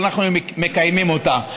לו אנחנו היינו מקיימים אותה.